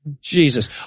Jesus